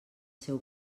seu